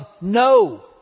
no